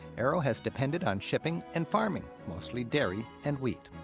aero has depended on shipping and farming, mostly dairy and wheat.